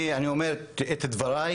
את דבריי